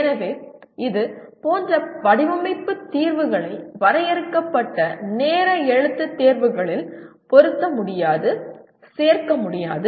எனவே இது போன்ற வடிவமைப்பு தீர்வுகளை வரையறுக்கப்பட்ட நேர எழுத்து தேர்வுகளில் பொருத்த முடியாது சேர்க்க முடியாது